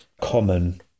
common